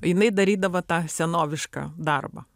jinai darydavo tą senovišką darbą